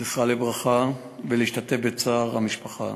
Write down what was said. זכרה לברכה, ולהשתתף בצער המשפחה.